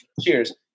Cheers